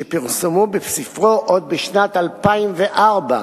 שפורסמו בספרו עוד בשנת 2004,